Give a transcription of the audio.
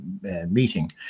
meeting